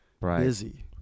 busy